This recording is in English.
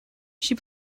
she